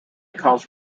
cause